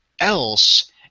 else